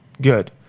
Good